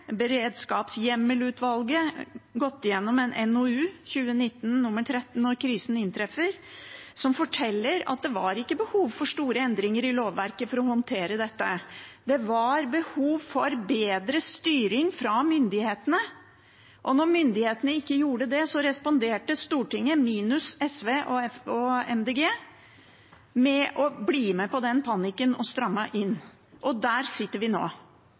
Beredskapshjemmelutvalget kan i sin gjennomgang fortelle – i NOU 2019:13, Når krisen inntreffer – at det ikke var behov for store endringer i lovverket for å håndtere dette. Det var behov for bedre styring fra myndighetene. Når myndighetene ikke gjorde det, responderte Stortinget – minus SV og MDG – med å bli med på den panikken og stramme inn. Og der sitter vi nå.